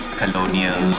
colonial